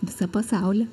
visą pasaulį